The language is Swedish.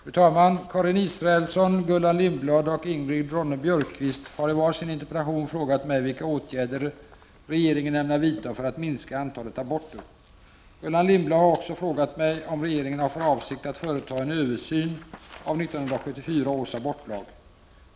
Fru talman! Karin Israelsson, Gullan Lindblad och Ingrid Ronne-Björkqvist har i var sin interpellation frågat mig vilka åtgärder regeringen ämnar vidta för att minska antalet aborter. Gullan Lindblad har också frågat mig om regeringen har för avsikt att företa en översyn av 1974 års abortlag.